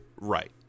Right